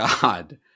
God